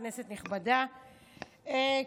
כנסת נכבדה,